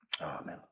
Amen